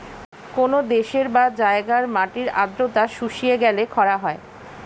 কোন দেশের বা জায়গার মাটির আর্দ্রতা শুষিয়ে গেলে খরা হয়